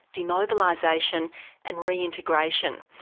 demobilisation and reintegration.